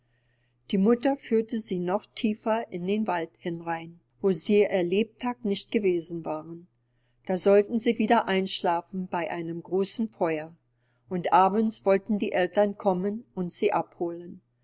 die mutter führte sie noch tiefer in den wald hin ein wo sie ihr lebtag nicht gewesen waren da sollten sie wieder einschlafen bei einem großen feuer und abends wollten die eltern kommen und sie abholen